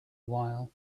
while